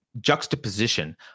juxtaposition